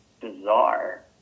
bizarre